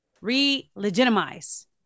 re-legitimize